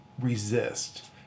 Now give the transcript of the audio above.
resist